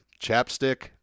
Chapstick